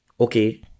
okay